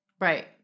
Right